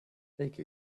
take